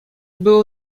było